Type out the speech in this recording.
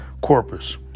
corpus